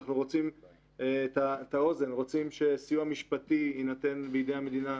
אנחנו רוצים שסיוע משפטי יינתן בידי המדינה,